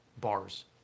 bars